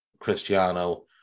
Cristiano